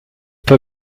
pas